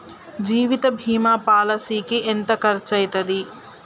జీవిత బీమా పాలసీకి ఎంత ఖర్చయితది?